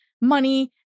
money